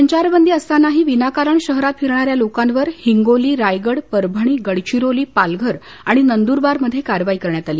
संचारबंदी असतानाही विनाकारण शहरात फिरणाऱ्या लोकांवर हिंगोली रायगड परभणी गडचिरोली पालघर आणि नंदुरबारमध्ये कारवाई करण्यात आली